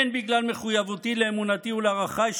הן בגלל מחויבותי לאמונתי ולערכיי,